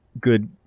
good